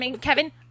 Kevin